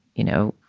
you know,